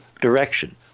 direction